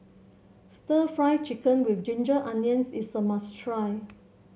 stir Fry Chicken with Ginger Onions is a must try